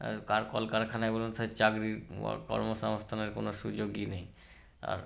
আর কার কলকারখানাই বলুন সেই চাকরির আর কর্মসংস্থানের কোনো সুযোগই নেই আর